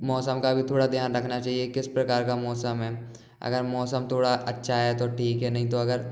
मौसम का भी थोड़ा ध्यान रखना चहिए किस प्रकार का मौसम है अगर मौसम थोड़ा अच्छा है तो ठीक है नहीं तो अगर